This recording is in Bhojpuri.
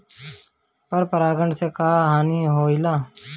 पर परागण से क्या हानि होईला?